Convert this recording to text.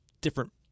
different